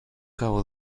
cabo